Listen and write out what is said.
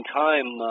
time